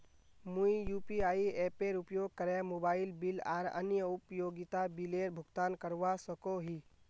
मुई यू.पी.आई एपेर उपयोग करे मोबाइल बिल आर अन्य उपयोगिता बिलेर भुगतान करवा सको ही